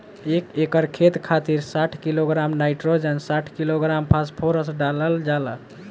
एक एकड़ खेत खातिर साठ किलोग्राम नाइट्रोजन साठ किलोग्राम फास्फोरस डालल जाला?